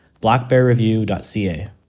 blackbearreview.ca